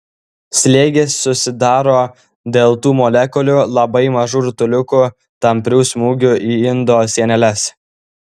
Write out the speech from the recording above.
slėgis susidaro dėl tų molekulių labai mažų rutuliukų tamprių smūgių į indo sieneles